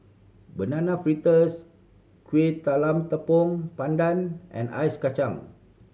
Banana Fritters Kueh Talam Tepong Pandan and ice kacang